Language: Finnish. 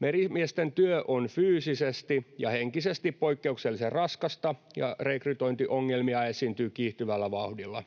Merimiesten työ on fyysisesti ja henkisesti poikkeuksellisen raskasta, ja rekrytointiongelmia esiintyy kiihtyvällä vauhdilla.